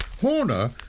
horner